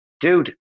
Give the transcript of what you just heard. Dude